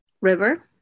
river